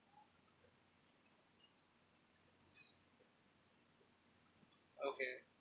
okay